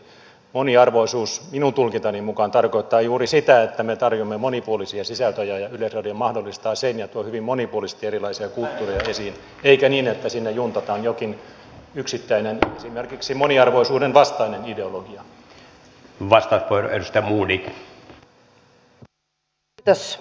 moniarvoisuus minun tulkintani mukaan tarkoittaa juuri sitä että me tarjoamme monipuolisia sisältöjä ja yleisradio mahdollistaa sen ja tuo hyvin monipuolisesti erilaisia kulttuureja esiin eikä niin että sinne juntataan jokin yksittäinen esimerkiksi moniarvoisuuden vastainen ideologia